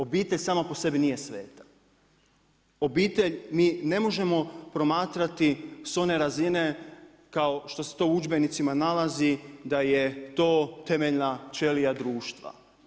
Obitelj sama po sebi nije sveta, obitelj mi ne možemo promatrati s one razine kao što se to u udžbenicima nalazi da je to temeljna ćelija društva.